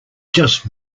just